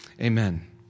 Amen